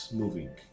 moving